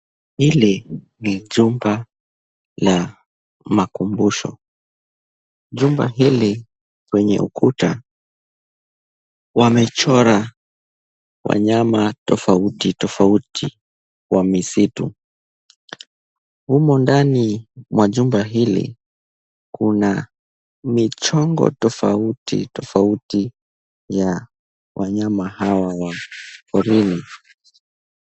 Hili ni jumba la makumbusho. Jumba hili kwenye ukuta wamechora wanyama tofauti tofauti wa misitu. Humu ndani mwa jumba hili kuna michongo tofauti tofauti ya wanyama hawa wa porini.